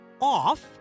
off